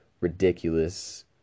ridiculous